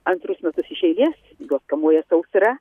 antrus metus iš eilės juos kamuoja sausra